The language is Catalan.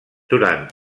durant